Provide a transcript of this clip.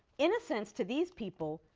in a sense, to these people,